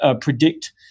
predict